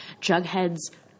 Jughead's